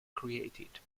created